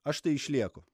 aš tai išlieku